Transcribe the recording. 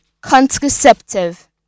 contraceptive